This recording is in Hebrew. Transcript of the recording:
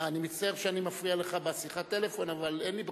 אני מצטער שאני מפריע לך בשיחת הטלפון אבל אין לי ברירה.